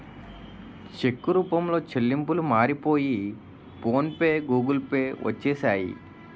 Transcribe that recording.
చెక్కు రూపంలో చెల్లింపులు మారిపోయి ఫోన్ పే గూగుల్ పే వచ్చేసాయి